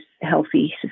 healthy